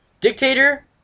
Dictator